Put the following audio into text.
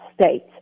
state